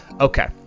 okay